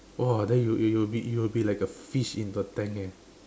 !wah! then you eh you will be you will be like a fish in the tank eh